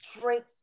Drink